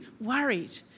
worried